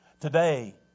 Today